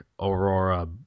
Aurora